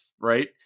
right